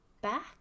back